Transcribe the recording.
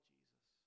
Jesus